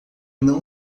não